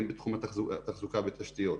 הן בתחום התחזוקה בתשתיות,